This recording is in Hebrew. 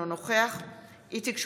אינו נוכח איציק שמולי,